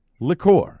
liqueur